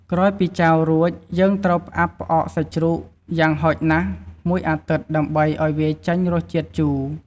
ក្រោយពីចាវរួច យើងត្រូវផ្អាប់ផ្អកសាច់ជ្រូកយ៉ាងហោចណាស់១អាទិត្យ ដើម្បីឱ្យវាចេញរសជាតិជូរ។